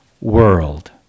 world